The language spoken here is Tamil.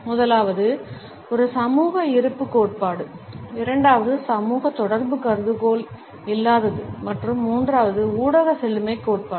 முதலாவது ஒரு சமூக இருப்பு கோட்பாடு இரண்டாவது சமூக தொடர்பு கருதுகோள் இல்லாதது மற்றும் மூன்றாவது ஊடக செழுமைக் கோட்பாடு